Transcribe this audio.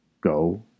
go